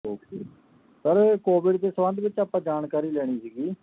okay sir Covid ਦੇ ਸਬੰਧ ਵਿੱਚ ਆਪਾਂ ਜਾਣਕਾਰੀ ਲੈਣੀ ਸੀਗੀ